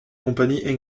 compagnie